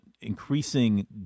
increasing